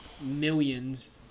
millions